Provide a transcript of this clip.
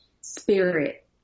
spirit